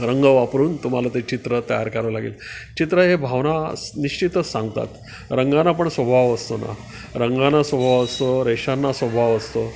रंग वापरून तुम्हाला ते चित्र तयार करावं लागेल चित्र हे भावना स् निश्चितच सांगतात रंगांना पण स्वभाव असतो ना रंगाना स्वभाव असतो रेषांना स्वभाव असतो